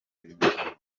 z’umurage